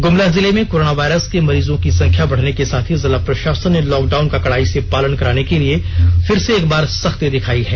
ग्रमला जिले में कोरोनावायरस के मरीजों की संख्या बढ़ने के साथ ही जिला प्रशासन ने लॉकडाउन का कड़ाई से पालन कराने के लिए फिर एक बार सख्ती दिखाई है